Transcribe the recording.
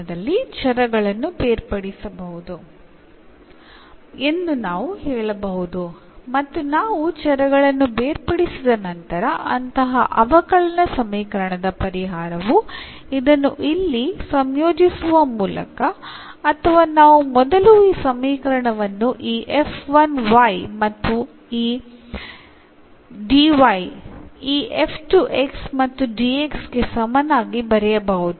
ഇങ്ങനെ ഒരു ഡിഫറൻഷ്യൽ സമവാക്യത്തിൽ വേരിയബിളുകളെ സെപ്പറേറ്റ് ചെയ്തുകഴിഞ്ഞാൽ അത്തരം ഡിഫറൻഷ്യൽ സമവാക്യത്തിനുള്ള സൊലൂഷൻ നമുക്ക് ഇവിടെ ഇൻറെഗ്രേറ്റ് ചെയ്തു കൊണ്ട് വളരെ പെട്ടെന്ന് എഴുതാൻ സാധിക്കും